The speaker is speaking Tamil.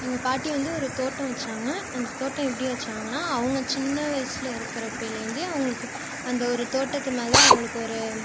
எங்கள் பாட்டி வந்து ஒரு தோட்டம் வைச்சாங்க அந்த தோட்டம் எப்படி வச்சாங்கன்னால் அவங்க சின்ன வயசில் இருக்கறப்பைலேருந்தே அவர்களுக்கு அந்த ஒரு தோட்டத்து மேல் அவர்களுக்கு ஒரு